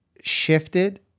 shifted